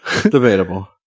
debatable